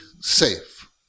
safe